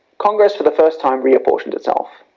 congress for the first time, reapportioned itself.